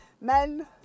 Men